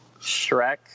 Shrek